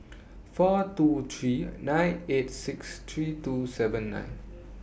four two three nine eight six three two seven nine